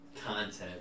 content